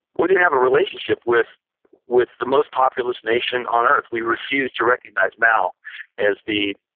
we didn't have a relationship with with the most populous nation on earth. we refused to recognize mao as the